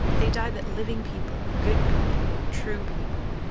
they died that living people, good people, true people,